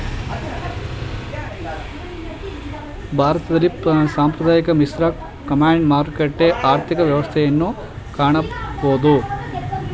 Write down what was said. ಭಾರತದಲ್ಲಿ ಸಾಂಪ್ರದಾಯಿಕ, ಮಿಶ್ರ, ಕಮಾಂಡ್, ಮಾರುಕಟ್ಟೆ ಆರ್ಥಿಕ ವ್ಯವಸ್ಥೆಯನ್ನು ಕಾಣಬೋದು